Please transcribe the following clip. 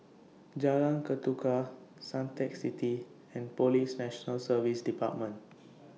Jalan Ketuka Suntec City and Police National Service department